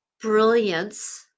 brilliance